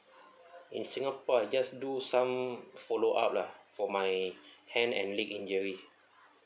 in singapore I just do some follow up lah for my hand and leg injury